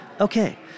Okay